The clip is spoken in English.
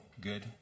good